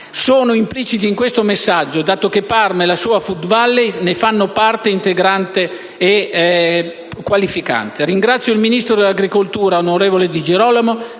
sono impliciti in questo messaggio, dato che Parma e la sua *food valley* ne fanno parte integrante e qualificante. Ringrazio la Ministro dell'agricoltura, onorevole Di Girolamo,